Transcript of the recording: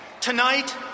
Tonight